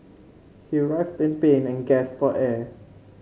he writhed in pain and gasped for air